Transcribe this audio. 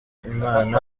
imana